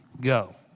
go